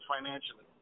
financially